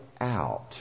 out